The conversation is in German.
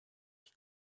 ich